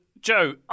Joe